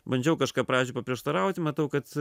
bandžiau kažką pradžių paprieštarauti matau kad